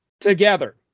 together